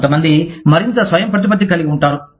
కొంతమంది మరింత స్వయంప్రతిపత్తి కలిగి ఉంటారు